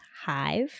Hive